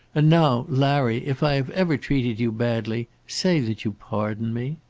and now, larry, if i have ever treated you badly, say that you pardon me.